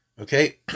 Okay